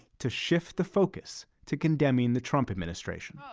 to shift the focus to condemning the trump administration.